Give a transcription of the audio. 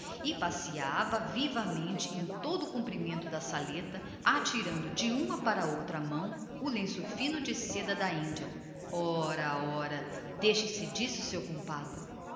e passeava vivamente em toda a extensão da saleta atirando de uma para a outra mão o seu lenço fino de seda da índia ora ora deixe-se disso seu compadre